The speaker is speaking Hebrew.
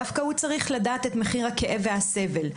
דווקא הוא צריך לדעת את מחיר הכאב והסבל.